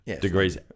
degrees